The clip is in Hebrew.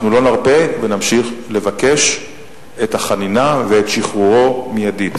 אנחנו לא נרפה ונמשיך לבקש את החנינה ואת שחרורו מיידית.